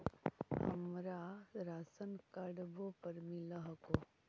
हमरा राशनकार्डवो पर मिल हको?